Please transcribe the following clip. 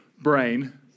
brain